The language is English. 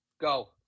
Go